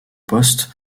poste